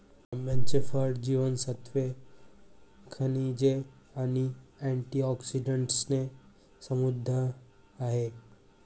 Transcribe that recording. आंब्याचे फळ जीवनसत्त्वे, खनिजे आणि अँटिऑक्सिडंट्सने समृद्ध आहे